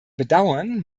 bedauern